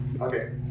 Okay